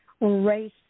race